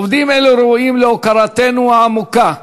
עובדים אלו ראויים להוקרתנו העמוקה,